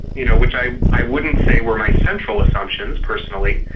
you know, which i i wouldn't say were my central assumptions personally,